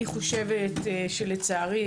לצערי,